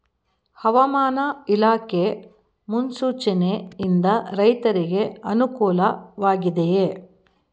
ಹವಾಮಾನ ಇಲಾಖೆ ಮುನ್ಸೂಚನೆ ಯಿಂದ ರೈತರಿಗೆ ಅನುಕೂಲ ವಾಗಿದೆಯೇ?